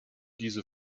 diese